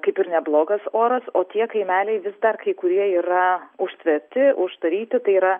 kaip ir neblogas oras o tie kaimeliai vis dar kai kurie yra užtverti uždaryti tai yra